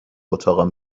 اتاقم